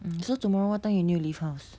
so tomorrow what time you need to leave house